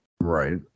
right